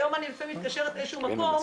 היום אני לפעמים מתקשרת לאיזה שהוא מקום,